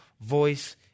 voice